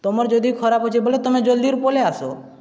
ତୁମର ଯଦି ଖରାପ ଅଛେ ବୋଲେ ତୁମେ ଜଲ୍ଦିରୁ ପଳେଇ ଆସ